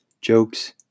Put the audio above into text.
jokes